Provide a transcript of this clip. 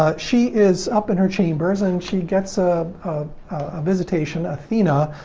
ah she is up in her chambers and she gets a visitation, athena,